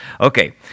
Okay